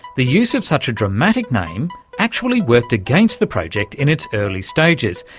the use of such a dramatic name actually worked against the project in its early stages,